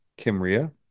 kimria